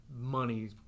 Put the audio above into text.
money